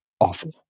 awful